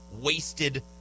wasted